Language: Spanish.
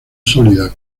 sólida